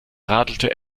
radelte